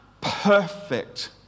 perfect